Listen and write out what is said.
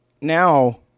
now